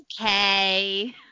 okay